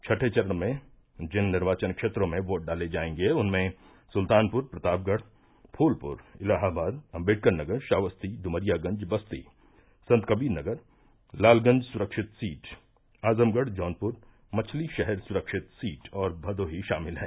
छठे चरण में जिन निर्वाचन क्षेत्रों में वोट डाले जायेंगे उनमें सुल्तानपुर प्रतापगढ़ फूलपुर इलाहाबाद अम्बेडकर नगर श्रावस्ती डुमरियागंज बस्ती संतकबीर नगर लालगंज सुरक्षित सीट आजमगढ़ जौनपुर मछलीशहर सुरक्षित सीट और भदोही शामिल हैं